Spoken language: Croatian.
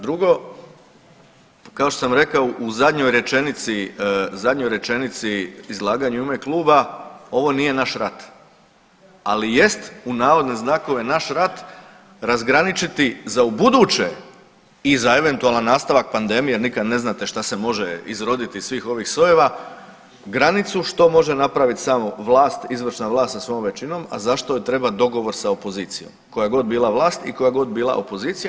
Drugo, kao što sam rekao u zadnjoj rečenici, zadnjoj rečenici izlaganja u ime kluba ovo nije naš rat, ali jest u navodne znakove naš rat razgraničiti za ubuduće i za eventualan nastavak pandemije jer nikad ne znate što se može izroditi iz svih ovih sojeva, granicu što može napraviti samo vlast, izvršna vlast sa svojom većinom, a za što joj treba dogovor sa opozicijom koja god bila vlast i koja god bila opozicija.